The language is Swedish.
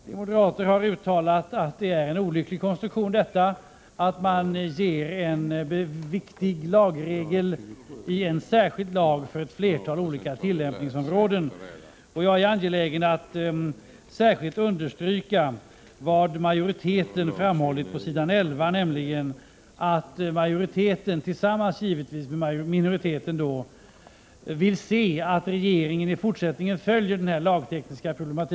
Vi moderater har utttalat att detta är en olycklig konstruktion — att man ger en viktig lagregel i en särskild lag för ett flertal olika tillämpningsområden. Jag är angelägen om att särskilt understryka vad majoriteten framhållit på s. 11 i betänkandet, nämligen att majoriteten — givetvis tillsammans med minoriteten — vill se att regeringen i fortsättningen följer denna lagtekniska 105 Prot.